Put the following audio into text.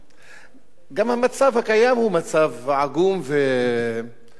גם המצב הקיים הוא מצב עגום ולא צודק.